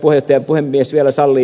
jos puhemies vielä sallii